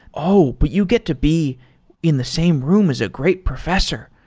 oh! but you get to be in the same room as a great professor.